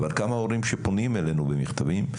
אבל כמה הורים שפונים אלינו במכתבים.